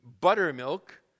buttermilk